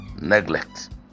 neglect